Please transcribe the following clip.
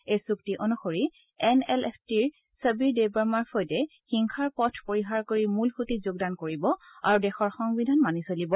এই চুক্তি অনুসৰি এন এল এফ টিৰ চবিৰ দেৱবৰ্মাৰ ফৈদে হিংসাৰ পথ পৰিহাৰ কৰি মূলসুঁতিত যোগদান কৰিব আৰু দেশৰ সংবিধান মানি চলিব